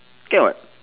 can [what]